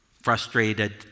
frustrated